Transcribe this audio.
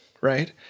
right